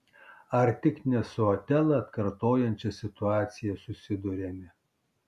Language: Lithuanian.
ar tik ne su otelą atkartojančia situacija susiduriame